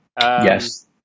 Yes